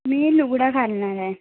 मी लुगडं घालणार आहे